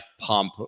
pump